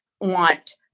want